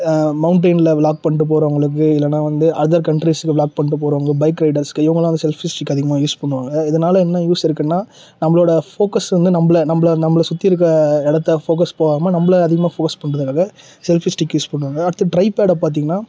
மௌண்டனில் vlog பண்ணிட்டு போகிறவங்களுக்கு இல்லைனா வந்து அதர் கண்ட்ரிஸில் வ்ளாக் பண்ணிட்டு போகிறவங்களுக்கு பைக் ரைடர்ஸுக்கு இவங்கள்லாம் வந்து செல்ஃபி ஸ்டிக்கு அதிகமாக யூஸ் பண்ணுவாங்க இதனால் என்ன யூஸ் இருக்குன்னால் நம்மளோடய ஃபோகஸ் வந்து நம்மள நம்மள நம்மள சுற்றி இருக்கற இடத்த ஃபோகஸ் போகாம நம்மள அதிகமாக ஃபோகஸ் பண்ணுறதுக்காக செல்ஃபி ஸ்டிக்கு யூஸ் பண்ணுவாங்க அடுத்து ட்ரைபேடை பார்த்திங்கன்னா